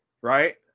right